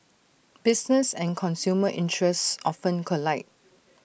business and consumer interests often collide